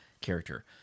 character